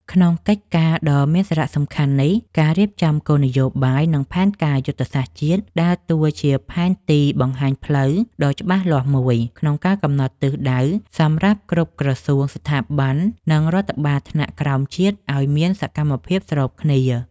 ក្នុងកិច្ចការដ៏មានសារៈសំខាន់នេះ ការរៀបចំគោលនយោបាយ និងផែនការយុទ្ធសាស្ត្រជាតិ ដើរតួជាផែនទីបង្ហាញផ្លូវដ៏ច្បាស់លាស់មួយ ក្នុងការកំណត់ទិសដៅសម្រាប់គ្រប់ក្រសួងស្ថាប័ន និងរដ្ឋបាលថ្នាក់ក្រោមជាតិឱ្យមានសកម្មភាពស្របគ្នា។